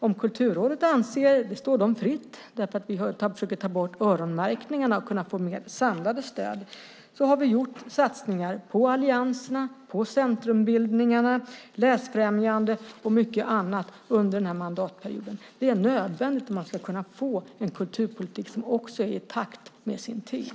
När det gäller Kulturrådet står det dem fritt. Vi försöker ta bort öronmärkningarna för att få mer samlade stöd. Vi har gjort satsningar på allianserna, centrumbildningarna, läsfrämjande och mycket annat under den här mandatperioden. Det är nödvändigt om man ska kunna få en kulturpolitik som är i takt med sin tid.